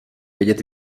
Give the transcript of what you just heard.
vědět